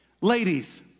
Ladies